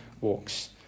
walks